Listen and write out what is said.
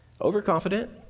Overconfident